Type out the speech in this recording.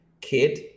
kid